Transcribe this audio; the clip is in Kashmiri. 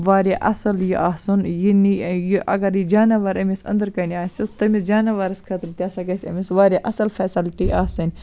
واریاہ اصٕل یہِ آسُن یہِ اگر یہِ جانَوَر أمِس أنٛدرٕ کَنۍ آسٮ۪س تٔمِس جانَوَرَس خٲطرٕ تہِ ہسا گژھِ أمِس واریاہ اصٕل فیسلٹی آسٕنۍ